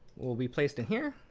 will be placed in here.